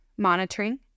monitoring